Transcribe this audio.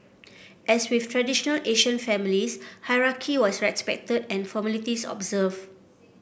as with traditional Asian families hierarchy was respected and formalities observed